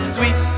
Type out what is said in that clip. Sweet